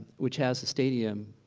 which has a stadium,